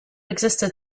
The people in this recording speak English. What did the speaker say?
existed